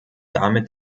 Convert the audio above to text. damit